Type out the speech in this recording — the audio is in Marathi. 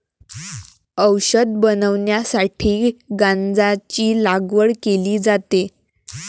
औषध बनवण्यासाठी गांजाची लागवड केली जाते